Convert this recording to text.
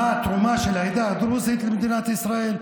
מה התרומה של העדה הדרוזית למדינת ישראל.